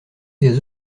des